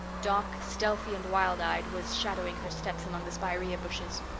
doc, stealthy and wild-eyed, was shadowing her steps among the spirea bushes.